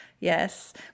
Yes